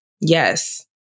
Yes